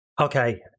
Okay